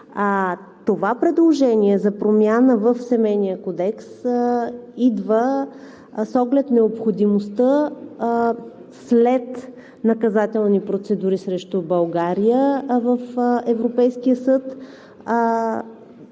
това предложение за промяна в Семейния кодекс идва с оглед необходимостта след наказателни процедури срещу България в Европейския съд